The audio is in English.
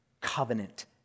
covenant